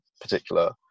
particular